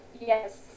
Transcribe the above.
yes